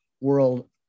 world